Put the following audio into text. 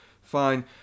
fine